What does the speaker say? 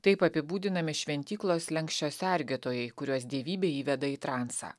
taip apibūdinami šventyklos slenksčio sergėtojai kuriuos dievybė įveda į transą